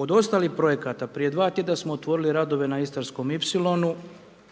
Od ostalih projekata, prije dva tjedna smo otvorili radove na Istarskom ipsilonu,